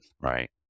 right